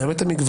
גם את המגוון.